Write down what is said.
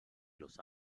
los